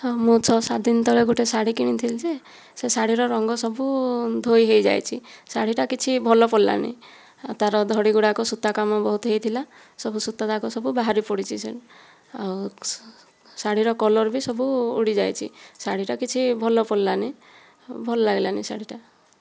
ହଁ ମୁଁ ଛଅ ସାତ ଦିନ ତଳେ ଗୋଟିଏ ଶାଢ଼ୀ କିଣିଥିଲି ଯେ ସେ ଶାଢ଼ୀର ରଙ୍ଗ ସବୁ ଧୋଇ ହୋଇଯାଇଛି ଶାଢ଼ୀଟା କିଛି ଭଲ ପଡ଼ିଲାନାହିଁ ଆଉ ତାର ଧଡ଼ି ଗୁଡ଼ାକ ସୂତା କାମ ବହୁତ ହୋଇଥିଲା ସବୁ ସୂତା ଯାକ ସବୁ ବାହାରି ପଡ଼ିଛି ଯେ ଆଉ ଶାଢ଼ୀର କଲର ବି ସବୁ ଉଡ଼ି ଯାଇଛି ଶାଢ଼ୀଟା କିଛି ଭଲ ପଡ଼ିଲାନାହିଁ ଭଲ ଲାଗିଲାନାହିଁ ଶାଢ଼ୀଟା